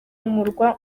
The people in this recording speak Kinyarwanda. umurwa